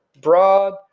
broad